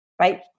Right